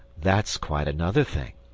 that's quite another thing,